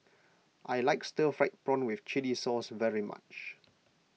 I like Stir Fried Prawn with Chili Sauce very much